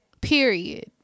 Period